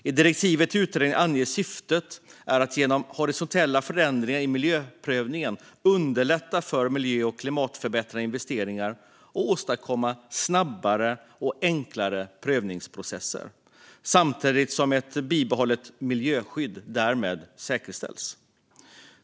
I direktivet till utredningen anges att syftet är att genom horisontella förändringar i miljöprövningen underlätta för miljö och klimatförbättrande investeringar och åstadkomma snabbare och enklare prövningsprocesser samtidigt som ett bibehållet miljöskydd därmed säkerställs.